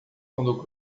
quando